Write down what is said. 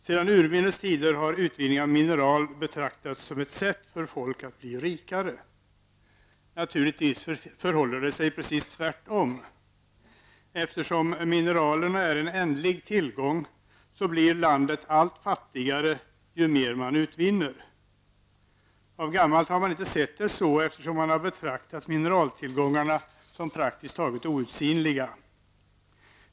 Sedan urminnes tider har utvinning av mineral betraktats som ett sätt för ett folk att bli rikare. Naturligtvis förhåller det sig precis tvärtom: Eftersom mineralerna är en ändlig tillgång blir landet fattigare ju mer man utvinnner. Av gammalt har man inte sett det så, eftersom man har betraktat mineraltillgångar som praktiskt taget outsinliga.